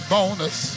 Bonus